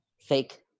fake